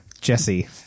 Jesse